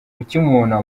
ukimubona